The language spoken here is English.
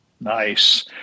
Nice